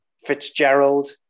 Fitzgerald